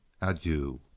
adieu